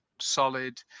solid